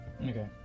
Okay